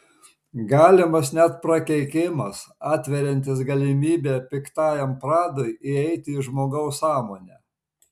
galimas net prakeikimas atveriantis galimybę piktajam pradui įeiti į žmogaus sąmonę